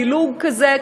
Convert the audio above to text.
דילוג כזה,